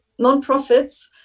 nonprofits